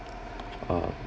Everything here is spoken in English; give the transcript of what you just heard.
err